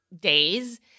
days